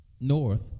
north